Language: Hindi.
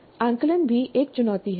आकलन भी एक चुनौती है